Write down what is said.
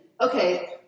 okay